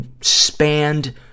spanned